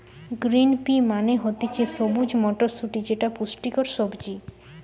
green pea মানে হতিছে সবুজ মটরশুটি যেটা পুষ্টিকর সবজি